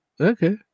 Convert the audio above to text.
Okay